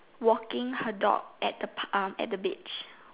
walking her dog at the pa~ um at the beach